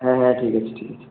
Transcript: হ্যাঁ হ্যাঁ ঠিক আছে ঠিক আছে